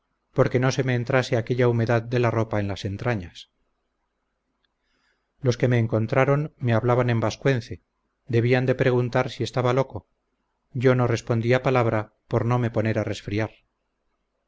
porque no se me entrase aquella humedad de la ropa en las entrañas los que me encontraban me hablaban en vascuence debían de preguntar si estaba loco yo no respondía palabra por no me poner a resfriar